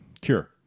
cure